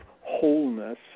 wholeness